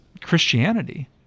Christianity